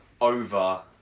over